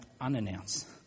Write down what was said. unannounced